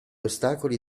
ostacoli